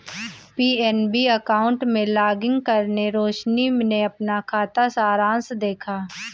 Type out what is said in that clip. PNB account में login करके रोशनी ने अपना खाता सारांश देखा